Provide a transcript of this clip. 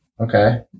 Okay